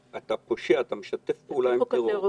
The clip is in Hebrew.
פושע, אתה משתף פעולה עם הטרור.